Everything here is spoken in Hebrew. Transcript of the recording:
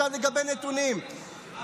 אמרתי שלא נבדק עובדתית הצורך,